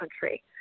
country